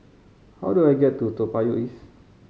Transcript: how do I get to Toa Payoh East